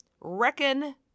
reckon